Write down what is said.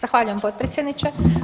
Zahvaljujem potpredsjedniče.